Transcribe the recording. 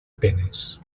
penes